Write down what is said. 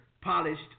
polished